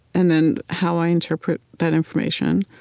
and then, how i interpret that information,